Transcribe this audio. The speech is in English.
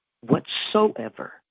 Whatsoever